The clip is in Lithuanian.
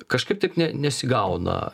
kažkaip taip ne nesigauna